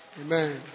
Amen